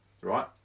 Right